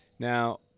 Now